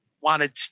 wanted